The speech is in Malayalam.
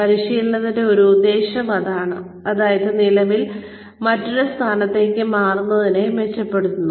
പരിശീലനത്തിന്റെ ഒരു ഉദ്ദേശം അതാണ് അതായതു നിലവിൽ മറ്റൊരു സ്ഥാനത്തേക്ക് മാറുന്നതിനെ മെച്ചപ്പെടുത്തുക